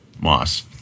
Moss